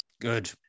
Good